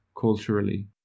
culturally